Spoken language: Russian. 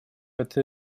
это